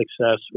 success